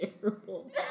Terrible